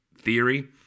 theory